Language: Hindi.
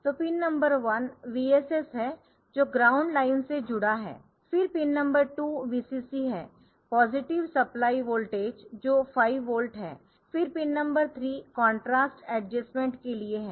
तो पिन नंबर 1 VSS है जो ग्राउंड ground लाइन से जुड़ा है फिर पिन 2 VCC है पॉजिटिव सप्लाई वोल्टेज जो 5 वोल्ट है फिर पिन नंबर 3 कंट्रास्ट एडजस्टमेंट के लिए है